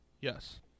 Yes